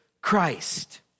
Christ